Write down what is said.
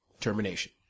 termination